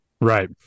Right